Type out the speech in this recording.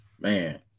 Man